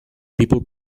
people